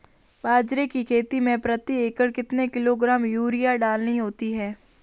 बाजरे की खेती में प्रति एकड़ कितने किलोग्राम यूरिया डालनी होती है?